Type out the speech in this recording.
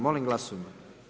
Molim glasujmo.